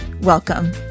welcome